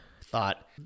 thought